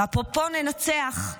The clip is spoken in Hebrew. ואפרופו ננצח,